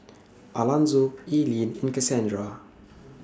Alanzo Eileen and Casandra